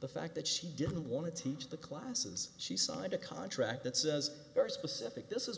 the fact that she didn't want to teach the classes she signed a contract that says very specific this is